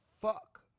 fuck